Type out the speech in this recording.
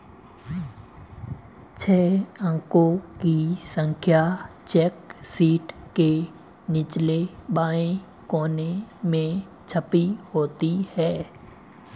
छह अंकों की संख्या चेक शीट के निचले बाएं कोने में छपी होती है